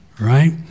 right